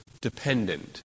dependent